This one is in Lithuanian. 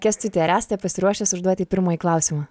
kęstuti ar esate pasiruošęs užduoti pirmąjį klausimą